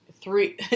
three